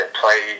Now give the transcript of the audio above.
play